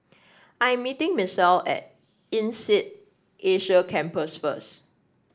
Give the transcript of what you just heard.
I am meeting Misael at INSEAD Asia Campus first